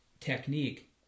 technique